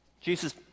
Jesus